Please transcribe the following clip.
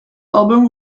album